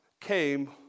came